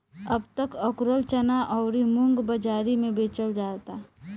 अब त अकुरल चना अउरी मुंग बाजारी में बेचल जाता